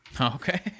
Okay